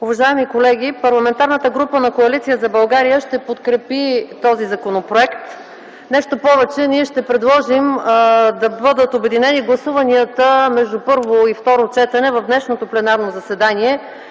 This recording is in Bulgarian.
Уважаеми колеги! Парламентарната група на Коалиция за България ще подкрепи този законопроект. Нещо повече – ние ще предложим да бъдат обединени гласуванията между първо и второ четене в днешното пленарно заседание,